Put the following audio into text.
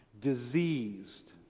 diseased